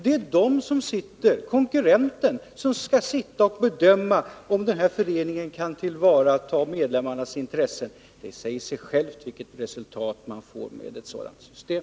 Det är alltså konkurrenten som skall sitta och bedöma om denna förening kan tillvarata medlemmarnas intressen. Det säger sig självt vilket resultat man får med ett sådant system.